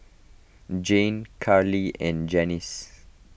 Jane Karli and Janis